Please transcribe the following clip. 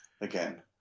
again